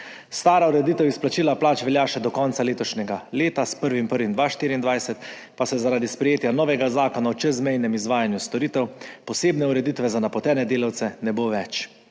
Stara ureditev izplačila plač velja še do konca letošnjega leta, s 1. 1. 2024 pa zaradi sprejetja novega Zakona o čezmejnem izvajanju storitev posebne ureditve za napotene delavce ne bo več.